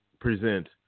present